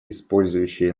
использующие